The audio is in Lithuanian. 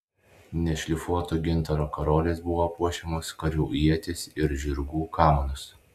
nešlifuoto gintaro karoliais buvo puošiamos karių ietys ir žirgų kamanos